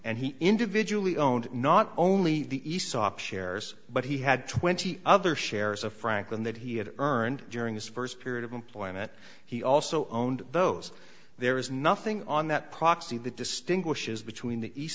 and he individually owned not only the aesop shares but he had twenty other shares of franklin that he had earned during his first period of employment he also owned those there is nothing on that proxy that distinguishes between the